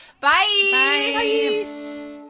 Bye